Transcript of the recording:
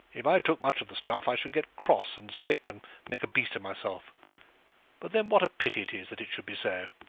if i took much of the stuff i should get cross and sick, and make a beast of myself but then what a pity it is that it should be so.